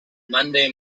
monday